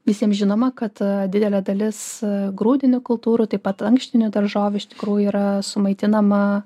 visiems žinoma kad didelė dalis grūdinių kultūrų taip pat ankštinių daržovių iš tikrųjų yra sumaitinama